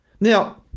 Now